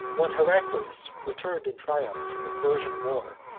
when heraclius returned in triumph from the persian war,